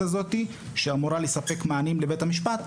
הזאת שאמורה לספק מענים לבית המשפט,